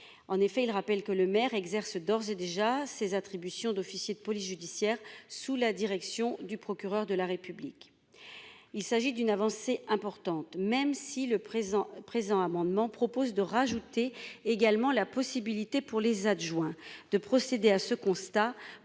En effet, ils rappellent que le maire exerce d'ores et déjà ses attributions d'officiers de police judiciaire sous la direction du procureur de la République. Il s'agit d'une avancée importante, même si le présent présent amendement propose de rajouter également la possibilité pour les adjoints de procéder à ce constat